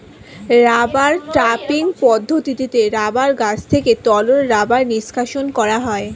rubber tapping পদ্ধতিতে rubber গাছ থেকে তরল রাবার নিষ্কাশণ করা হয়